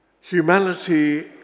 humanity